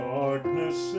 darkness